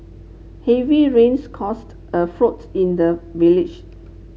heavy rains caused a floods in the village